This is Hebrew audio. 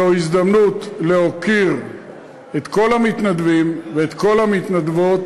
זו ההזדמנות להוקיר את כל המתנדבים ואת כל המתנדבות.